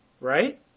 right